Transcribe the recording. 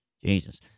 Jesus